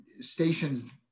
stations